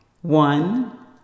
One